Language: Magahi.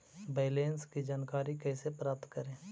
बैलेंस की जानकारी कैसे प्राप्त करे?